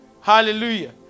Hallelujah